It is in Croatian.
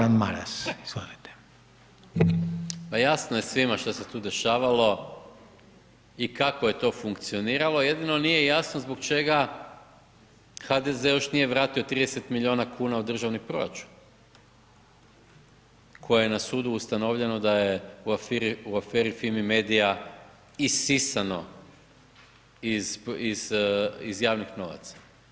Pa jasno je svima što se tu dešavalo i kako je to funkcioniralo, jedino nije jasno zbog čega HDZ još nije vratio 30 milijuna kuna u državni proračun koje je na sudu ustanovljeno da je u aferi Fimi media isisano iz javnih novaca.